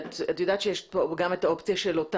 את יודעת שיש גם את האופציה של הקמת